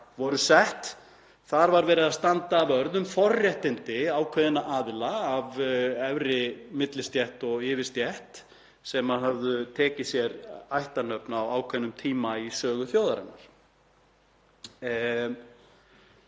voru sett. Þar var verið að standa vörð um forréttindi ákveðinna aðila af efri millistétt og yfirstétt sem höfðu tekið sér ættarnöfn á ákveðnum tíma í sögu þjóðarinnar.